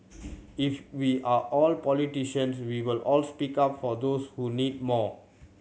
if we are all politicians we will all speak up for those who need more